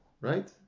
right